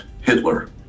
Hitler